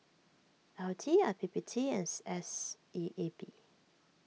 L T I P P T and C S E A B